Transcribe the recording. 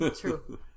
True